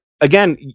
again